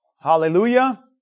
Hallelujah